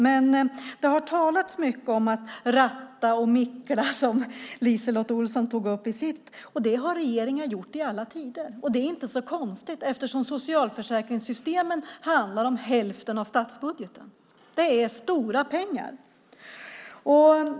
Men det har talats mycket om att ratta och mickla, som LiseLotte Olsson tog upp i sitt anförande. Det har regeringar gjort i alla tider. Det är inte så konstigt eftersom socialförsäkringssystemen handlar om hälften av statsbudgeten. Det är stora pengar.